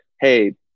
hey